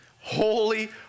holy